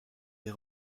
des